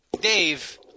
Dave